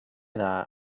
that